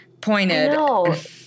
pointed